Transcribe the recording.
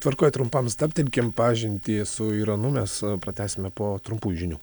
tvarkoje trumpam stabtelkim pažintį su iranu mes pratęsime po trumpųjų žinių